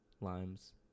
Limes